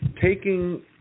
taking